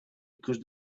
because